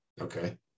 Okay